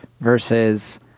versus